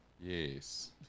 Yes